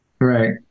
Right